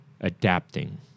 adapting